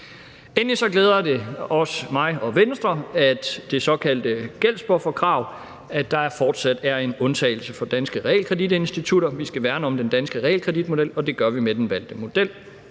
Endelig glæder det også mig og Venstre, at der for det såkaldte gældsbufferkrav fortsat er en undtagelse for danske realkreditinstitutter. Vi skal værne om den danske realkreditmodel, og det gør vi med den valgte model.